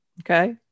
Okay